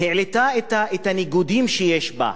העלתה את הניגודים שיש בה,